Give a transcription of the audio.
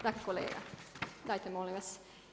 Dakle kolega, dajte molim vas.